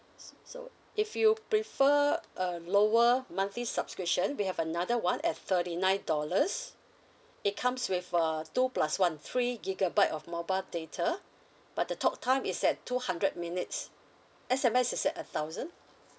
s~ so if you prefer a lower monthly subscription we have another one at thirty nine dollars it comes with uh two plus one three gigabyte of mobile data but the talktime is at two hundred minutes S_M_S is at a thousand